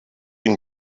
ihn